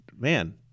man